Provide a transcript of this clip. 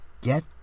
get